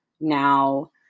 now